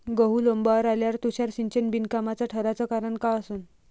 गहू लोम्बावर आल्यावर तुषार सिंचन बिनकामाचं ठराचं कारन का असन?